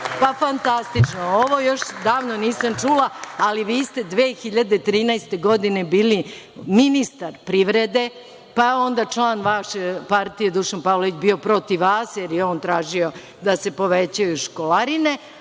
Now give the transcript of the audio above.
fantastična. Ovo još davno nisam čula, ali vi ste 2013. godine bili ministar privrede, pa onda član partije, Dušan Pavlović je bio protiv vas, jer je on tražio da se povećaju školarine,